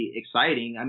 exciting